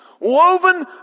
woven